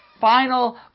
final